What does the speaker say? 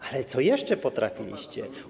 Ale co jeszcze potrafiliście?